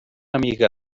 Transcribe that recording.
amiga